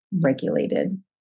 regulated